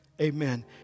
amen